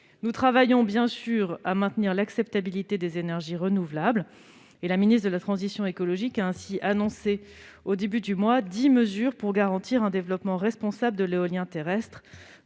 Nous travaillons bien sûr à maintenir l'acceptabilité des énergies renouvelables. La ministre de la transition écologique a ainsi annoncé, au début du mois, dix mesures pour garantir un développement responsable de l'éolien terrestre,